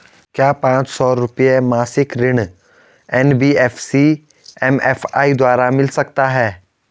क्या पांच सौ रुपए मासिक ऋण एन.बी.एफ.सी एम.एफ.आई द्वारा मिल सकता है?